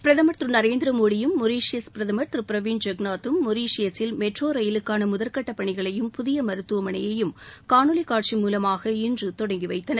பிரதமர் திரு நரேந்திரமோடியும் மொரீஷியஸ் பிரதமர் திரு பிரவிந்த் ஜெகநாத்தும் மொரீஷியஸில் மெட்ரோ ரயிலுக்கான முதல்கட்டப் பணிகளையும் புதிய மருத்துவமனையையும் காணொலி காட்சி மூலமாக இன்று தொடங்கி வைத்தனர்